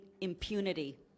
impunity